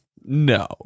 No